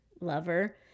lover